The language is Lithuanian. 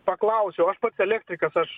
paklausiau aš pats elektrikas aš